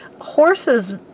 horses